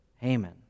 Haman